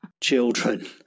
children